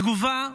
לתגובה,